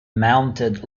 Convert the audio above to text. mounted